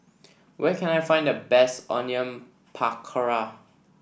where can I find the best Onion Pakora